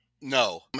No